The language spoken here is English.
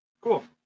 Cool